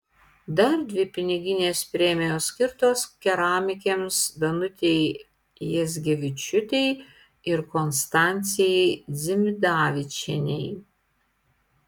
dar dvi piniginės premijos skirtos keramikėms danutei jazgevičiūtei ir konstancijai dzimidavičienei